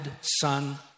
son